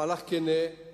מהלך כן ואמיתי,